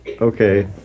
Okay